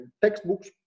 textbooks